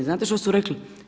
Znate što su rekli?